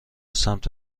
سمت